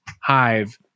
hive